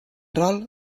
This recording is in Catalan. rol